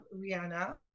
Rihanna